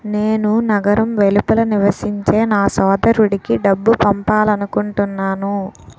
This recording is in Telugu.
నేను నగరం వెలుపల నివసించే నా సోదరుడికి డబ్బు పంపాలనుకుంటున్నాను